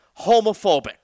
homophobic